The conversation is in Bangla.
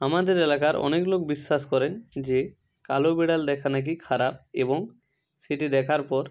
আমাদের এলাকার অনেক লোক বিশ্বাস করেন যে কালো বিড়াল দেখা নাকি খারাপ এবং সেটি দেখার পর